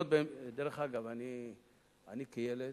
דרך אגב, אני כילד,